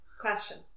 question